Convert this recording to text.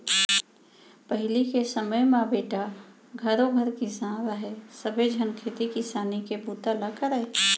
पहिली के समे म बेटा घरों घर किसान रहय सबे झन खेती किसानी के बूता ल करयँ